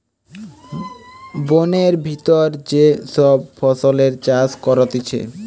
বোনের ভিতর যে সব ফসলের চাষ করতিছে